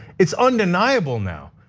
it's undeniable now.